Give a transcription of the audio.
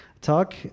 talk